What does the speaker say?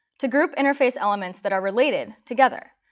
to group interface elements that are related together.